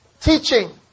teaching